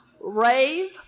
rave